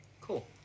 cool